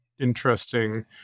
interesting